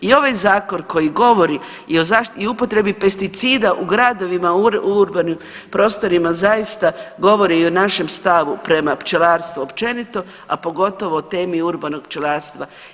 I ovaj zakon koji govori i o upotrebi pesticida u gradovima i u urbanim prostorima zaista govore i o našem stavu prema pčelarstvu općenito, a pogotovo o temi urbanog pčelarstva.